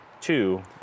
Two